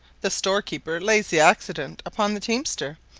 the storekeeper lays the accident upon the teamster,